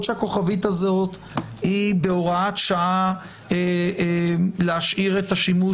שהכוכבית הזאת היא בהוראת שעה להשאיר את השימוש